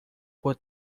por